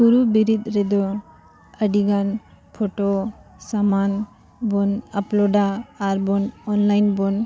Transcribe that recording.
ᱠᱟᱨᱩ ᱵᱤᱨᱤᱫ ᱨᱮᱫᱚ ᱟᱹᱰᱤ ᱜᱟᱱ ᱯᱷᱳᱴᱳ ᱥᱟᱢᱟᱱ ᱵᱚᱱ ᱟᱯᱞᱳᱰᱟ ᱟᱨ ᱵᱚᱱ ᱚᱱᱞᱟᱭᱤᱱ ᱵᱚᱱ